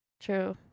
true